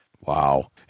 Wow